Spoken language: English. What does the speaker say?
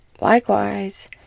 likewise